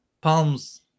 palms